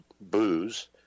booze